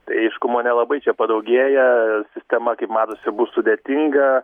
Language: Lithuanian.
tai aiškumo nelabai čia padaugėja sistema kaip matosi bus sudėtinga